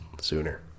sooner